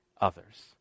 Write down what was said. others